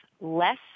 less